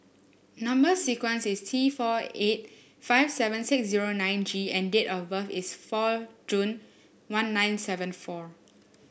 number sequence is T four eight five seven six zero nine G and date of birth is four June one nine seven four